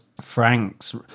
Frank's